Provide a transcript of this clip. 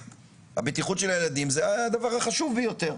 שהבטיחות של הילדים זה הדבר החשוב ביותר.